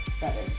better